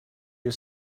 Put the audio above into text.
you